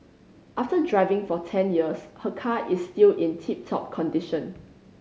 after driving for ten years her car is still in tip top condition